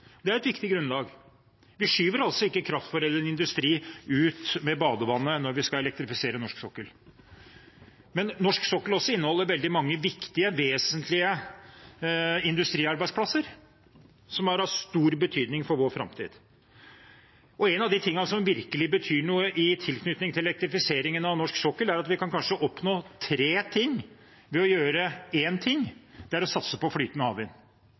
Det er et viktig grunnlag. Vi skyver altså ikke kraftforedlende industri ut med badevannet når vi skal elektrifisere norsk sokkel. Men norsk sokkel inneholder også veldig mange viktige, vesentlige industriarbeidsplasser som er av stor betydning for vår framtid. En av de tingene som virkelig betyr noe i tilknytning til elektrifiseringen av norsk sokkel, er at vi kanskje kan oppnå tre ting ved å gjøre én ting: det er å satse på flytende havvind.